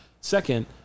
Second